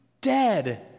dead